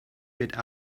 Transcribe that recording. get